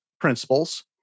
principles